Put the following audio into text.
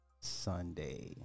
sunday